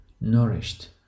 nourished